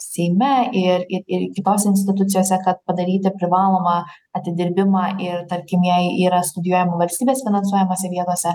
seime ir ir ir kitose institucijose kad padaryti privalomą atidirbimą ir tarkim jei yra studijuojama valstybės finansuojamose vietose